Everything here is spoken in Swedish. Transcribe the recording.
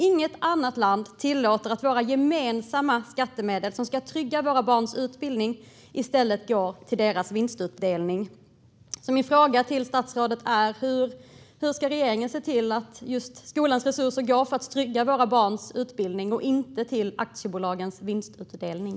Inget annat land tillåter att gemensamma skattemedel som ska trygga barns utbildning i stället går till vinstutdelning. Min fråga till statsrådet är: Hur ska regeringen se till att skolans resurser går till att trygga våra barns utbildning och inte till aktiebolagens vinstutdelning?